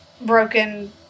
broken